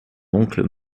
oncle